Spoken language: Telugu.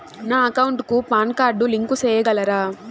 నా అకౌంట్ కు పాన్ కార్డు లింకు సేయగలరా?